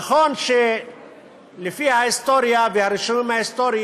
נכון שלפי ההיסטוריה והרישומים ההיסטוריים